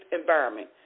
environment